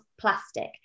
plastic